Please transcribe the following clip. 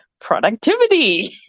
productivity